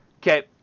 Okay